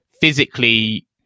physically